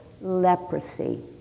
leprosy